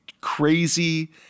crazy